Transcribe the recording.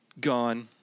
Gone